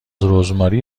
رزماری